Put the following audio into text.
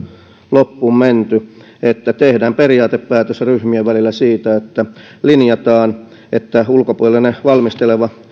loppuun menty että tehdään periaatepäätös ryhmien välillä siitä että linjataan että ulkopuolinen valmisteleva